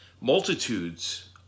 multitudes